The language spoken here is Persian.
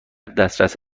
دسترس